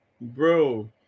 Bro